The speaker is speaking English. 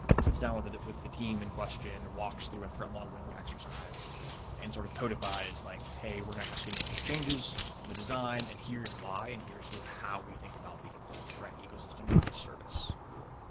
sits down with the team in question, walks through a threat modeling exercise and sort of codifies like, hey, we're going to ask you to make these changes to the design and here's why and here's sort of how we think about the overall threat ecosystem of this service. cool.